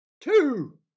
Two